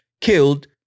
killed